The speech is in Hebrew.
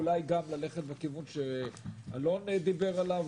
אולי ללכת גם בכיוון שאלון דיבר עליו,